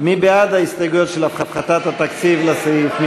מי בעד ההסתייגויות של הפחתת התקציב לסעיף?